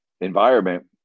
environment